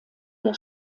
der